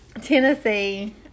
Tennessee